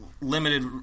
limited